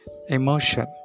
Emotion